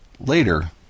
Later